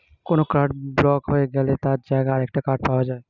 কোনো card block হয়ে গেলে তার জায়গায় আরেকটা কার্ড পাওয়া যায়